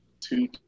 Two